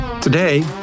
Today